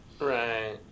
Right